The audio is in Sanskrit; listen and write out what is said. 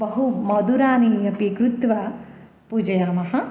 बहु मधुरानि अपि कृत्वा पूजयामः